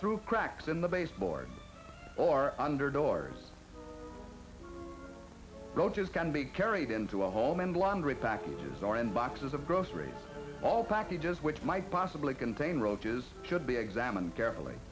through cracks in the baseboard or under doors go just can be carried into a home and blundered packages are in boxes of groceries all packages which might possibly contain roaches should be examined carefully